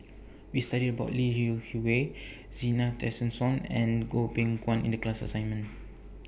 We studied about Lee YOU Hui Zena Tessensohn and Goh Beng Kwan in The class assignment